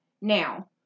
Now